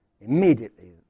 Immediately